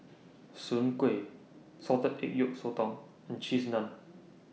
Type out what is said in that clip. Soon Kway Salted Egg Yolk Sotong and Cheese Naan